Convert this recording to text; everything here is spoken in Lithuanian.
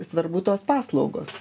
svarbu tos paslaugos